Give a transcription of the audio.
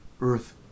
earth